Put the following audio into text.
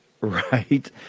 Right